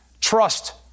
trust